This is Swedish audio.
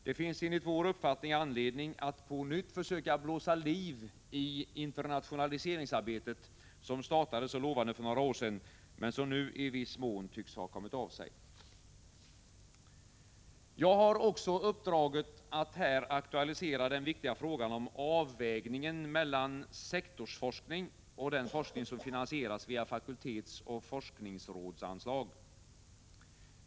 Det finns enligt vår uppfattning anledning att på nytt försöka blåsa liv i internationaliseringsarbetet, som startade så lovande för några år sedan men = Prot. 1985/86:158 som nu i viss mån tycks ha kommit av sig. 2 juni 1986 Jag har också uppdraget att här aktualisera den viktiga frågan om avvägningen mellan sektorsforskning och den forskning som finansieras via fakultetsoch forskningsrådsanslag.